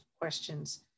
questions